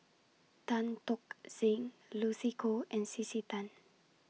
Tan Tock Seng Lucy Koh and C C Tan